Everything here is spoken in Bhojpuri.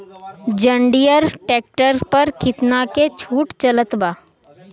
जंडियर ट्रैक्टर पर कितना के छूट चलत बा?